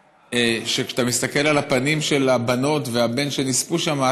כשאתה מסתכל על הפנים של הבנות והבן שנספו שם,